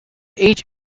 each